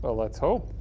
ah let's hope.